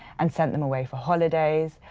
and sent them away for holidays.